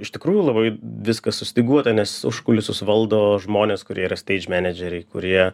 iš tikrųjų labai viskas sustyguota nes užkulisius valdo žmonės kurie yra menedžeriai kurie